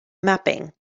mapping